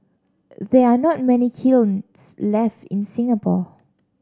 there are not many kilns left in Singapore